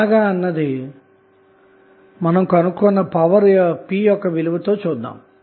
ఎలా అన్నది కనుగొన్న పవర్ p విలువతో చూద్దాము